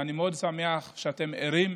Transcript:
ואני מאוד שמח שאתם ערים,